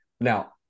Now